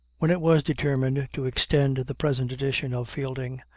when it was determined to extend the present edition of fielding,